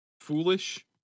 foolish